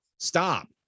Stop